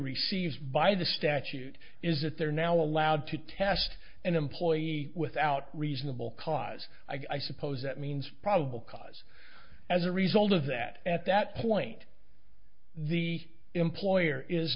receives by the statute is that they're now allowed to test an employee without reasonable cause i suppose that means probable cause as a result of that at that point the employer is